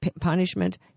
punishment